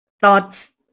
thoughts